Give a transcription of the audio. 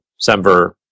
semver